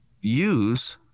use